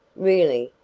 really,